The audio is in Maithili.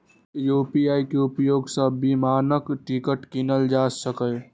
यू.पी.आई के उपयोग सं विमानक टिकट कीनल जा सकैए